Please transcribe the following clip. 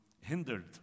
hindered